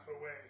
away